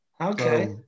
Okay